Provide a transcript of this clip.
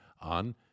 on